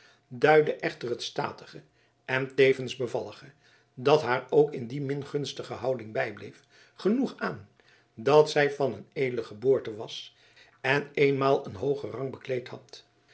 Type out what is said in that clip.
duidde echter het statige en tevens bevallige dat haar ook in die min gunstige houding bijbleef genoeg aan dat zij van een edele geboorte was en eenmaal een hoogen rang bekleed had